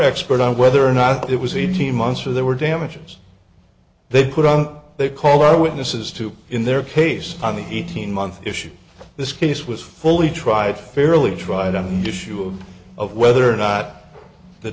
expert on whether or not it was eighteen months or they were damages they put on they called our witnesses to in their case on the eighteenth month issue this case was fully tried fairly tried to shoe of whether or not th